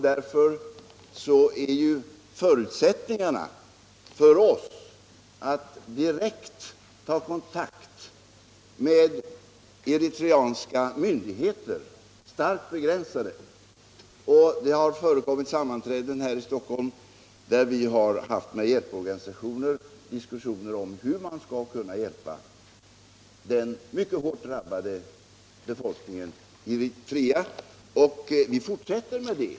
Därför är förutsättningarna för oss att direkt ta kontakt med eritreanska myndigheter starkt begränsade. Det har hållits sammanträden här i Stockholm, där vi diskuterat med olika hjälporganisationer hur man skall kunna hjälpa den mycket hårt drabbade befolkningen i Eritrea, och vi fortsätter med detta.